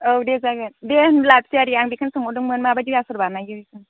औ दे जायो दे होमब्ला सियारि आं बेखौनो सोंहरदोंमोन माबायदि आसार बानायो